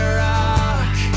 rock